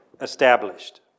established